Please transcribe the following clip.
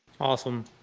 Awesome